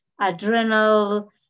adrenal